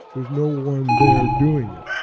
there's no one there doing it.